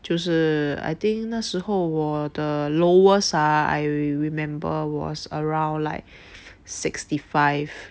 就是 I think 那时候我的 lowest ah I remember was around like sixty five